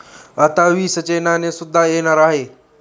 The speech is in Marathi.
आता वीसचे नाणे सुद्धा येणार आहे